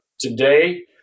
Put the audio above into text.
Today